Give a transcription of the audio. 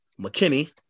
McKinney